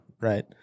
right